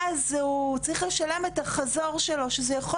אז הוא צריך לשלם את החזור שלו שזה יכול